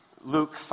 Luke